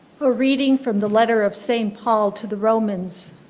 ah reading from the letter of saint paul to the romans.